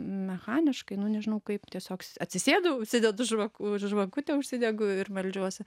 mechaniškai nu nežinau kaip tiesiog atsisėdau užsidedu žvaku žvakutę užsidegu ir meldžiuosi